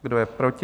Kdo je proti?